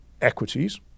equities